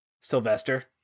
Sylvester